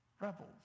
rebels